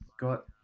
got